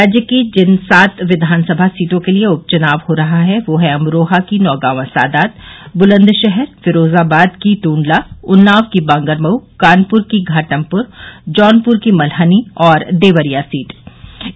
राज्य की जिन सात विधान सभा सीटों के लिए उपचुनाव हो रहा है वह है अमरोहा की नौगांवा सादात बुलन्दशहर फिरोजाबाद की टुण्डला उन्नाव की बॉगरमऊ कानपुर की घाटमपुर जौनपुर की मल्हनी और देवरिया सीट शामिल हैं